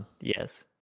Yes